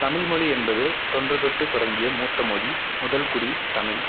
தமிழ் மொழி என்பது தொன்றுத்தொட்டு தொடங்கிய மூத்த மொழி முதல் குடி தமிழ்